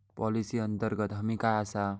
Policy अंतर्गत हमी काय आसा?